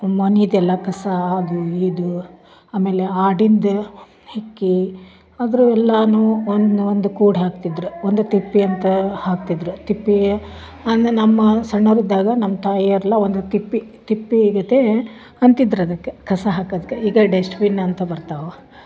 ಮನೆದೆಲ್ಲ ಕಸ ಅದು ಇದು ಆಮೇಲೆ ಆಡಿಂದು ಹೆಕ್ಕಿ ಅದ್ರೆ ಎಲ್ಲಾನು ಒಂದು ಒಂದು ಕೂಡಿ ಹಾಕ್ತಿದ್ದರು ಒಂದು ತಿಪ್ಪಿ ಅಂತ ಹಾಕ್ತಿದ್ದರು ತಿಪ್ಪಿ ಅಂದರೆ ನಮ್ಮ ಸಣ್ಣೋರು ಇದ್ದಾಗ ನಮ್ಮ ತಾಯಿಯವರೆಲ್ಲ ಒಂದು ತಿಪ್ಪಿ ತಿಪ್ಪಿ ಇರುತ್ತೆ ಅಂತಿದ್ದರು ಅದಕ್ಕೆ ಕಸ ಹಾಕೋದಕ್ಕೆ ಈಗ ಡೆಸ್ಟ್ಬಿನ್ ಅಂತ ಬರ್ತವ